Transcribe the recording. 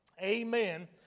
Amen